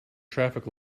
traffic